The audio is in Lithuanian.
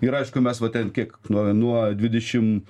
ir aišku mes va ten kiek nuo nuo dvidešim